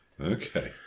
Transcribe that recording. Okay